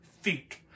feet